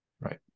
right